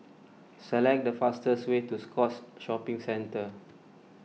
select the fastest way to Scotts Shopping Centre